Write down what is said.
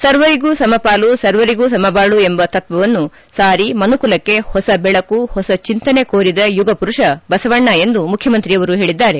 ಸರ್ವರಿಗೂ ಸಮಪಾಲು ಸರ್ವರಿಗೂ ಸಮಬಾಳು ಎಂಬ ತತ್ವ ವನ್ನು ಸಾರಿ ಮನುಕುಲಕ್ಷೆ ಹೊಸ ಬೆಳಕು ಹೊಸ ಚಿಂತನೆ ಕೋರಿದ ಯುಗ ಪುರುಷ ಬಸವಣ್ಣ ಎಂದು ಮುಖ್ಯಮಂತ್ರಿಯವರು ಹೇಳದ್ದಾರೆ